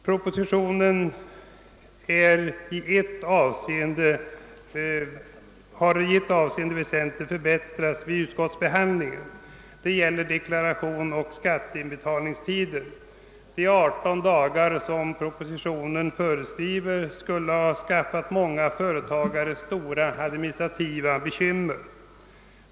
Propositionen har i ett avseende väsentligt förbättrats vid utskottsbehand lingen, nämligen i fråga om deklarationsoch skatteinbetalningstider. De 18 dagar som propositionen föreskriver skulle ha skaffat många företagare stora administrativa bekymmer.